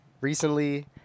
recently